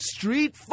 Street